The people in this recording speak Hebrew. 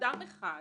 אדם אחד,